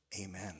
Amen